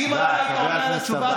כי אם אתה היית עונה על השאלה,